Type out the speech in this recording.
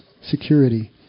security